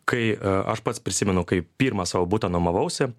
kai aš pats prisimenu kaip pirmą savo butą nuomavausi